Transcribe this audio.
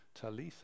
talitha